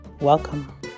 welcome